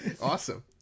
awesome